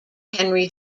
henry